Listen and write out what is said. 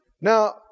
Now